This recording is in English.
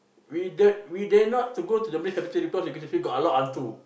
we dare we dare not to go to the main cemetery cause the cemetery got a lot of hantu